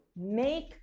make